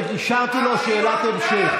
ואישרתי לו שאלת המשך.